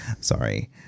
Sorry